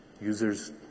Users